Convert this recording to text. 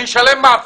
אני אשלם מס.